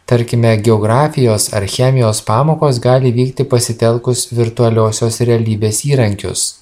tarkime geografijos ar chemijos pamokos gali vykti pasitelkus virtualiosios realybės įrankius